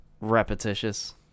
repetitious